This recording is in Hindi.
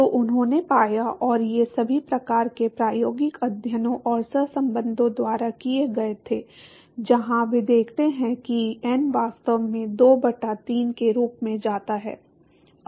तो उन्होंने पाया और ये सभी प्रकार के प्रायोगिक अध्ययनों और सहसंबंधों द्वारा किए गए थे जहां वे देखते हैं कि n वास्तव में 2 बटा 3 के रूप में जाता है